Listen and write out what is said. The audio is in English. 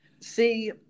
See